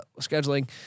scheduling